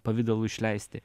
pavidalu išleisti